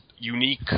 unique